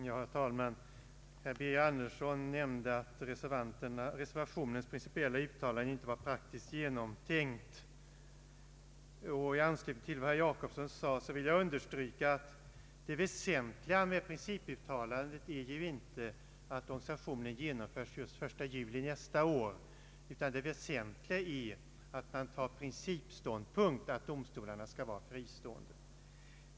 Herr talman! Herr Birger Andersson nämnde att reservationens principiella uttalande inte var praktiskt genomtänkt. I anslutning till vad herr Jacobsson sade vill jag understryka att det väsentliga med principuttalandet inte är att organisationen genomförs just den 1 juli nästa år, utan det väsentliga är att man tar principståndpunkten att domstolarna skall vara fristående.